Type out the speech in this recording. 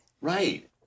right